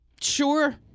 Sure